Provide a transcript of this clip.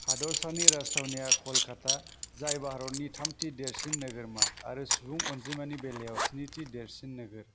हादरसानि राजथावनिया क'लकाता जाय भारतनि थामथि देरिसन नोगोरमा आरो सुबुं अनजिमानि बेलायाव स्निथि देरसिन नोगोर